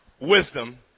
wisdom